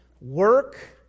work